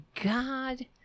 god